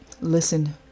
Listen